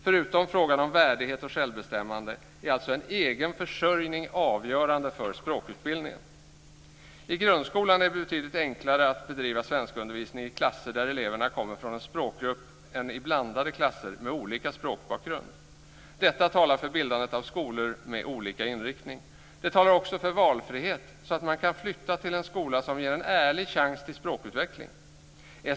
Förutom frågan om värdighet och självbestämmande är alltså en egen försörjning avgörande för språkutbildningen. I grundskolan är det betydligt enklare att bedriva svenskundervisning i klasser där eleverna kommer från en språkgrupp än i blandade klasser med olika språkbakgrund. Detta talar för bildandet av skolor med olika inriktning. Det talar också för valfrihet så att man kan flytta till en skola som ger en ärlig chans till språkutveckling.